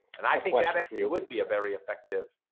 and i think i mean it would be a very effective.